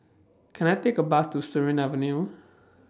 Can I Take A Bus to Surin Avenue